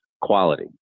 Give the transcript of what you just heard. quality